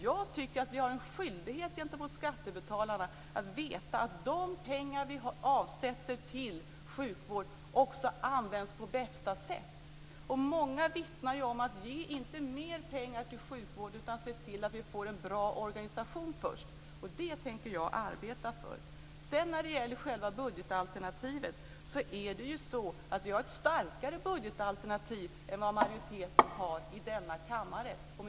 Jag tycker att vi har en skyldighet gentemot skattebetalarna att se till att de pengar vi avsätter till sjukvård också används på bästa sätt. Många vittnar om att vi inte bör ge mer pengar till sjukvården utan först se till att få en bra organisation. Det tänker jag arbeta för. När det gäller själva budgetalternativet har vi ett starkare budgetalternativ än vad majoriteten i denna kammare har.